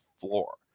floor